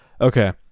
Okay